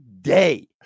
day